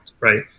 right